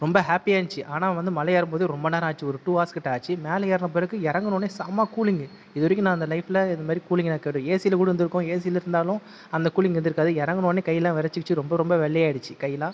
ரொம்ப ஹாப்பியாக இருந்துச்சு ஆனால் வந்து மலை ஏறும் போது ரொம்ப நேரம் ஆச்சு ஒரு டூ ஹவர்ஸ்கிட்ட ஆச்சு மேலே ஏறின பிறகு இறங்குனவொடனே செம்ம கூலிங்கு இது வரைக்கும் நான் அந்த லைஃப்பில் இது மாதிரி கூலிங் நான் ஏஸியில் கூட இருந்துருக்கோம் ஏஸியில் இருந்தாலும் அந்த கூலிங் இருந்திருக்காது இறங்கின உடனே கையெல்லாம் விறச்சிக்கிச்சு ரொம்ப ரொம்ப வெள்ளையாக ஆகிடுச்சு கையெல்லாம்